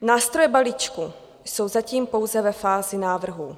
Nástroje balíčku jsou zatím pouze ve fázi návrhů.